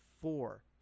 four